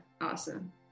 Awesome